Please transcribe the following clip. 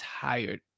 tired